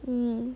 mm